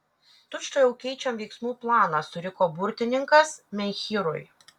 tučtuojau keičiam veiksmų planą suriko burtininkas menhyrui